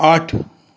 आठ